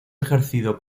ejercido